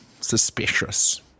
suspicious